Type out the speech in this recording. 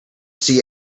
see